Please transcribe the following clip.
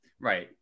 Right